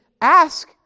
ask